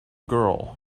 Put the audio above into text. girl